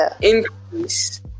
increase